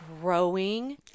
growing